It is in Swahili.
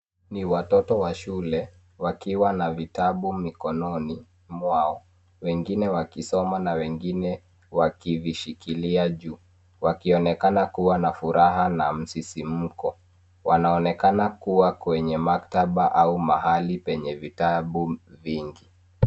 Ni watoto wa shule wakiwa na vitabu mikononi mwao, wengine wakisoma na wengine wakivishikilia juu. Wakionekana kua na furaha na msisimko. Wanaonekana kua kwenye maktaba au mahali penye vitabu vingi.